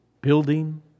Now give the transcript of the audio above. building